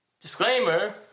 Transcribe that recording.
Disclaimer